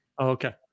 Okay